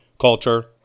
Culture